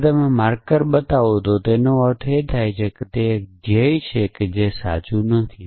જ્યારે તમે માર્કર બતાવો તેનો અર્થ એ થાય છે તે એક ધ્યેય છે જે તે સાચું નથી